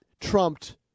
trumped